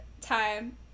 time